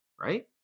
Right